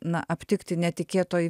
na aptikti netikėtoj